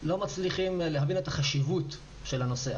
לא מצליחים להבין את החשיבות של הנושא.